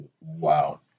wow